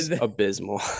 abysmal